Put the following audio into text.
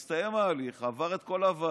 הוא עבר את כל הוועדות,